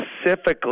specifically